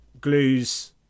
glues